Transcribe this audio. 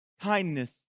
kindness